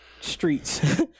streets